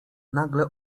nagle